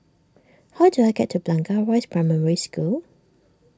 how do I get to Blangah Rise Primary School